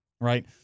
right